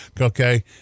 Okay